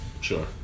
Sure